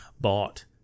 bought